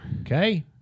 Okay